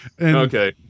Okay